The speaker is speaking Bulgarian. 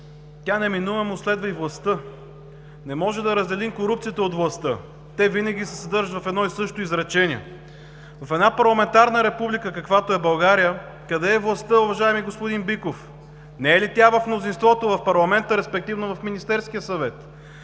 тя неминуемо следва и властта. Не можем да разделим корупцията от властта. Те винаги се съдържат в едно и също изречение. В една парламентарна република, каквато е България – къде е властта, уважаеми господин Биков? Не е ли тя в мнозинството в парламента, респективно в Министерския съвет?